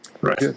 Right